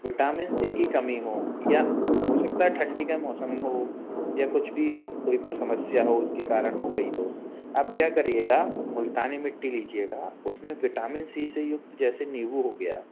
vitamin C की कमी हो या हो सकता है ठंडी का मौसम हो या कुछ भी कोई समस्या हो उसके कारण हो गई हो आप क्या करिएगा मुल्तानी मिट्टी लीजिएगा उसमें विटामिन सी से युक्त जैसे नींबू हो गया